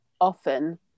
often